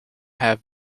have